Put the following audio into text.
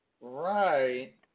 Right